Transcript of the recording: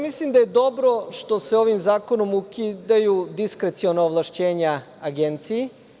Mislim da je dobro što se ovim zakonom ukidaju diskreciona ovlašćenja Agenciji.